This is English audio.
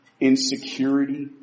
insecurity